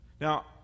Now